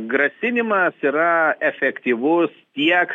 grasinimas yra efektyvus tiek